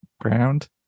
ground